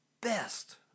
best